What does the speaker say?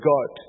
God